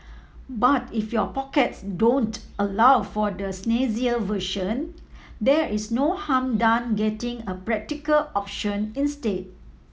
but if your pockets don't allow for the snazzier version there is no harm done getting a practical option instead